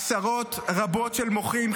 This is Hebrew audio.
עשרות רבות של מוחים,